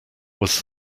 was